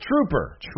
Trooper